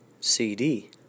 CD